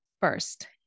first